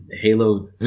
Halo